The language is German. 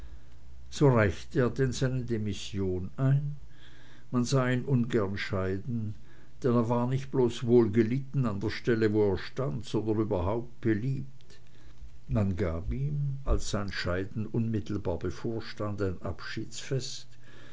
so reichte er denn seine demission ein man sah ihn ungern scheiden denn er war nicht bloß wohlgelitten an der stelle wo er stand sondern überhaupt beliebt man gab ihm als sein scheiden unmittelbar bevorstand ein abschiedsfest